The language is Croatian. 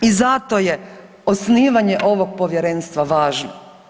I zato je osnivanje ovog povjerenstva važno.